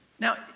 Now